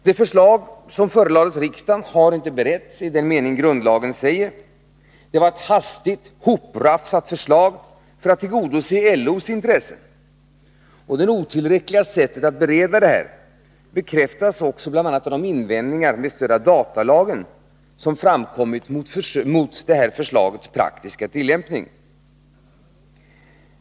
Det förslag som förelades riksdagen har inte beretts i grundlagens mening. Det var ett hastigt hoprafsat förslag för att tillgodose LO:s intressen. Den otillräckliga beredningen bekräftas också bl.a. av de invändningar med stöd av datalagen som framkommit mot förslagets praktiska tillämpning.